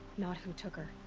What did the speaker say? not who took her.